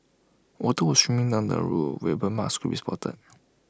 water was streaming down the roof where burn marks could be spotted